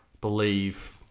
Believe